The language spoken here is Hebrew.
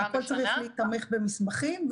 הכול צריך להיתמך במסמכים,